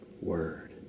word